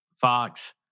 Fox